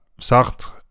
Sartre